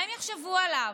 מה הם יחשבו עליו?